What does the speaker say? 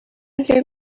answer